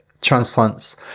transplants